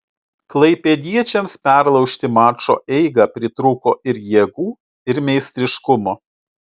klaipėdiečiams perlaužti mačo eigą pritrūko ir jėgų ir meistriškumo